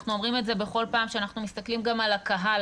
אנחנו אומרים את זה בכל פעם שאנחנו מסתכלים גם על הקהל,